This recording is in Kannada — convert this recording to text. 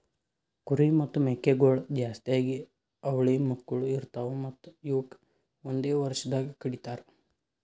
ಕುರಿ ಮತ್ತ್ ಮೇಕೆಗೊಳ್ ಜಾಸ್ತಿಯಾಗಿ ಅವಳಿ ಮಕ್ಕುಳ್ ಇರ್ತಾವ್ ಮತ್ತ್ ಇವುಕ್ ಒಂದೆ ವರ್ಷದಾಗ್ ಕಡಿತಾರ್